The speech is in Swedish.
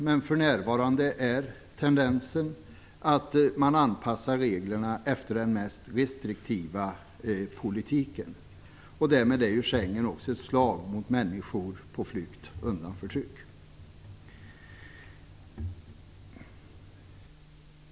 Men för närvarande är tendensen att man anpassar reglerna efter den mest restriktiva politiken. Därmed är Schengenavtalet ett slag mot människor på flykt undan förtryck.